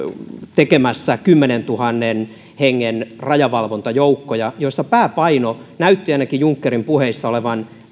tekemässä kymmenentuhannen hengen rajavalvontajoukkoja joissa pääpainona näytti ainakin junckerin puheissa olevan